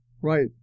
Right